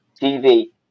TV